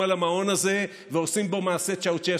על המעון הזה ועושים בו מעשה צ'אושסקו.